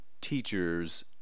teachers